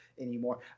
anymore